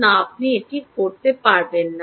না আপনি এটি করতে হবে না